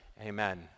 amen